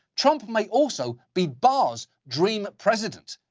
trump may also be barr's dream president.